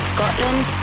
Scotland